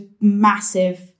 massive